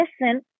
listen